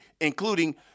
including